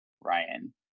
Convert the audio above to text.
Ryan